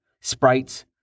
Sprites